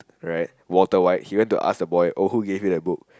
right Walter White he went to ask the boy oh who gave you that book